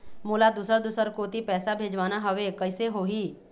मोला दुसर दूसर कोती पैसा भेजवाना हवे, कइसे होही?